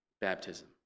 baptism